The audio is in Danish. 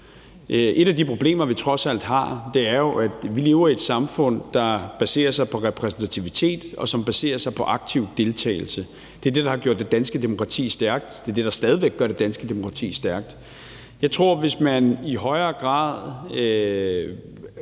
Et af de problemer, vi trods alt har, er jo, at vi lever i et samfund, der baserer sig på repræsentativitet, og som baserer sig på aktiv deltagelse. Det er det, der har gjort det danske demokrati stærkt, og det er det, der stadig væk gør det danske demokrati stærkt. Jeg tror, at hvis man i højere grad